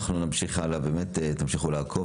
אנחנו נמשיך הלאה, באמת תמשיכו לעקוב.